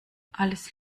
alles